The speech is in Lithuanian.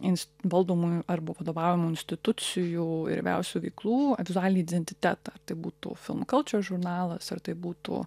ins valdomų arba vadovaujamų institucijų ir įvairiausių veiklų vizualinį identitetą ar tai būtų film culture žurnalas ar tai būtų